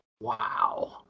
wow